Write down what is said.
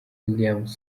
williams